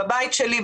בבית שלי,